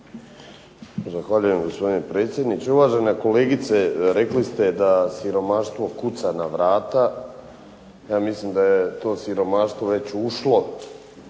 Zahvaljujem gospodine predsjedniče. Uvažena kolegice rekli ste da siromaštvo kuca na vrata. Ja mislim da je to siromaštvo već ušlo